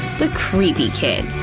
the creepy kid